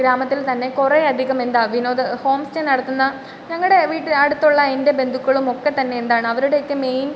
ഗ്രാമത്തിൽ തന്നെ കുറെ അധികം എന്താ വിനോദം ഹോം സ്റ്റേ നടത്തുന്ന ഞങ്ങളുടെ വീട്ടിൽ അടുത്തുള്ള എൻ്റെ ബന്ധുക്കളും ഒക്കെ തന്നെ എന്താണ് അവരുടെ ഒക്കെ മെയിൻ